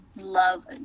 love